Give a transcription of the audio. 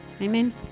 amen